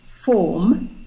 form